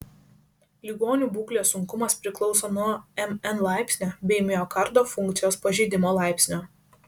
ligonių būklės sunkumas priklauso nuo mn laipsnio bei miokardo funkcijos pažeidimo laipsnio